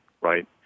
right